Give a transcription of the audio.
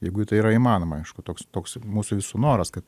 jeigu tai yra įmanoma aišku toks toks mūsų visų noras kad